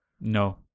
No